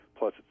plus